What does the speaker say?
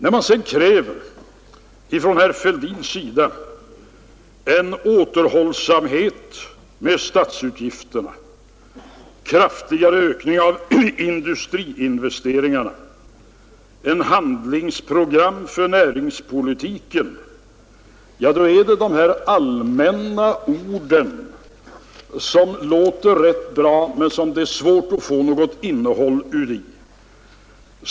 När herr Fälldin kräver återhållsamhet med statsutgifterna, kraftigare ökning av industriinvesteringarna, ett handlingsprogram för näringspolitiken använder han dessa allmänna ord som låter rätt bra men som det är svårt att få något innehåll i.